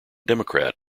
democrat